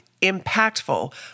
impactful